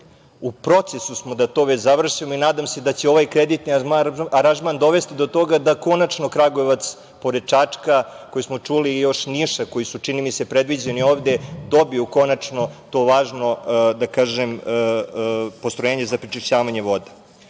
U procesu smo da to već završimo i nadam se da će ovaj kreditni aranžman dovesti do toga da konačno Kragujevac pored Čačka, koji smo čuli i još Niša koji su čini mi se predviđeni ovde, dobiju konačno to važno, da kažem, postrojenje za prečišćavanje voda. Ali,